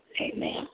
Amen